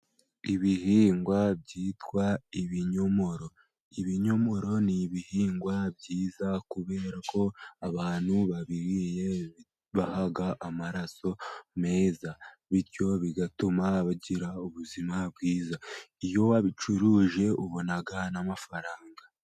Ibihingwa byitwa ibinyomoro. Ibinyomoro ni ibihingwa byiza kubera ko abantu babiriye bibaha amaraso meza, bityo bigatuma bagira ubuzima bwiza. Iyo wabicuruje ubona n'amafaranga.